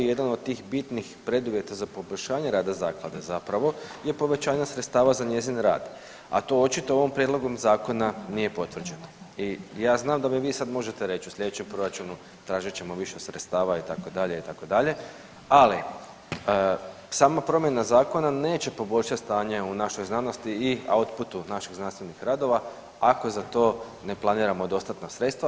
Jedan od tih bitnih preduvjeta za poboljšanje rada zaklade zapravo je povećanje sredstava za njezin rad, a to očito ovim prijedlogom zakona nije potvrđeno i ja znam da mi vi sad možete reći u slijedećem proračunu tražit ćemo više sredstava itd., itd., ali sama promjena zakona neće poboljšat stanje u našoj znanosti i u outputu naših znanstvenih radova ako za to ne planiramo dostatna sredstva.